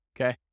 Okay